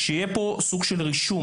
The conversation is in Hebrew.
שיהיה פה סוג של רישום,